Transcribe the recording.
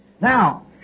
Now